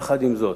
יחד עם זאת,